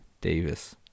Davis